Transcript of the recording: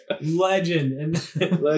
Legend